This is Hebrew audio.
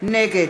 נגד